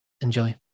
Enjoy